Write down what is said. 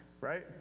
right